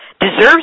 deserves